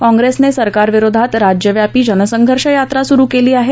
काँग्रेसने सरकारविरोधात राज्यव्यापी जनसंघर्ष यात्रा सुरु केली आहे